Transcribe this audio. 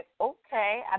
Okay